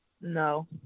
No